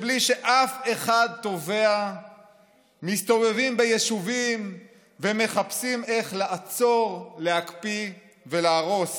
שלקחתם על עצמכם להפוך יהודים שומרי חוק לעבריינים בעל כורחם?